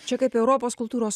čia kaip į europos kultūros